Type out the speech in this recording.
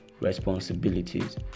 responsibilities